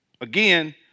Again